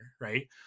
right